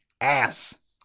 ass